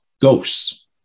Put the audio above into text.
ghosts